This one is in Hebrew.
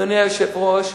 אדוני היושב-ראש,